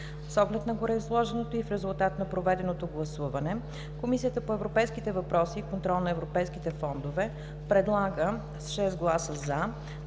С оглед на гореизложеното и в резултат на проведеното гласуване Комисията по европейските въпроси и контрол на европейските фондове предлага: с 6 гласа „за"